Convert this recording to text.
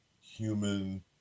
human